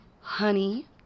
Honey